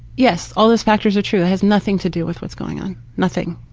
yes, all those factors are true. it has nothing to do with what's going um nothing.